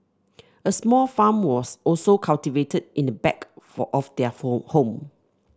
a small farm was also cultivated in the back for of their home